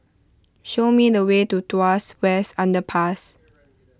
show me the way to Tuas West Underpass